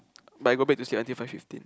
but I go back to sleep until five fifteen